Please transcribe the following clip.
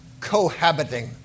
cohabiting